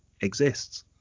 exists